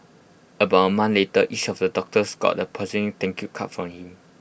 about A later each of the doctors got A thank you card from him